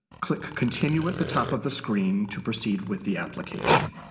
click continue at the top of the screen to proceed with the application.